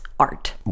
art